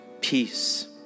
peace